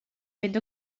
fynd